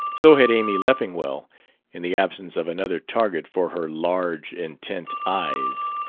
so had amy leffingwell in the absence of another target for her large, intent eyes.